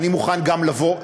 אני מוכן גם לבוא,